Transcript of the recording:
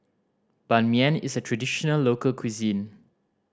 Ban Mian is a traditional local cuisine